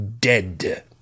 Dead